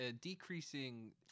decreasing